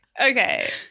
okay